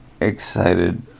excited